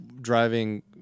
driving